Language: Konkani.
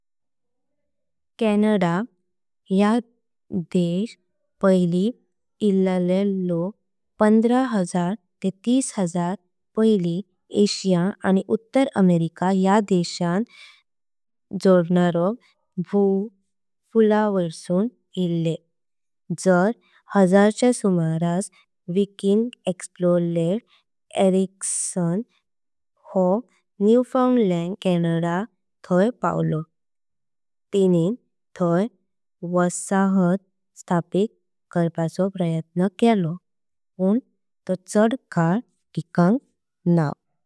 कॅनडा या देश पहली इलले लोक पंधरा हजार ते। तीस हजार पहली एशिया आणि उत्तर अमेरिका। या देशां जोडणारो भूपुलावैरसून इल्ले एक हजार च्या। सुमारास वायकींग एक्स्प्लोरर लिफ एरिक्ससन हो। न्यूफाउंडलॅंड कॅनडा थाय पावलों तेनिं थाय वसाहत। स्थापित करपाचो प्रयत्न केला पुण तो चड काल तिकांक ना।